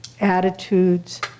attitudes